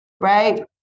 right